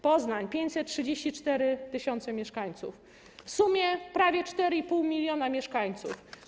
Poznań - 534 tys. mieszkańców, w sumie prawie 4,5 mln mieszkańców.